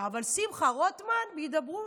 אבל שמחה רוטמן בהידברות.